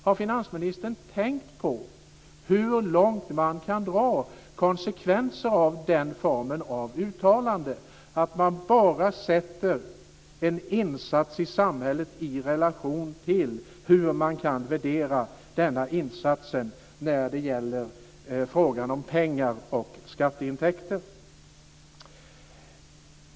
Har finansministern tänkt på hur långt man kan dra konsekvenser av den formen av uttalande, att man bara sätter en insats i samhället i relation till hur man kan värdera denna insats när det gäller frågan om pengar och skatteintäkter?